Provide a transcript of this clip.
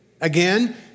again